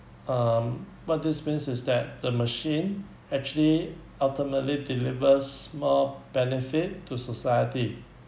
um what this means is that the machine actually ultimately delivers more benefit to society